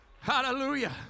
Hallelujah